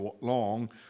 long